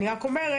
אני רק אומרת,